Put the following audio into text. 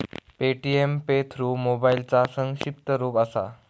Paytm pay through मोबाईलचा संक्षिप्त रूप असा